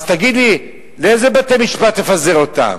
אז תגיד לי, לאיזה בתי-משפט תפזר אותם?